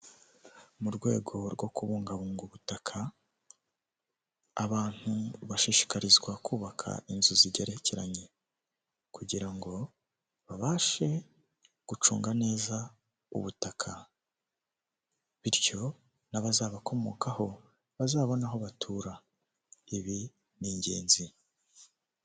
Mu rwego rwo kubungabunga ubutaka abantu bashishikarizwa kubaka inzu zigerekeranye, kugira ngo babashe gucunga neza ubutaka bityo n'abazabakomokaho bazabone aho batura, ibi ni ingenzi.